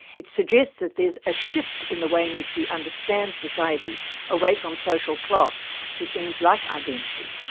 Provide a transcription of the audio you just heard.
it suggests that there's a shift in the way in which we understand society away from social class to things like identity,